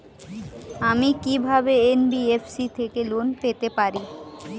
আমি কি কিভাবে এন.বি.এফ.সি থেকে লোন পেতে পারি?